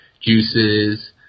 juices